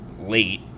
late